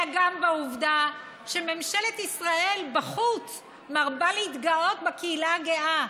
אלא גם בעובדה שממשלת ישראל בחוץ מרבה להתגאות בקהילה הגאה.